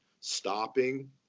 stopping